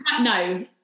no